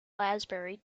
lansbury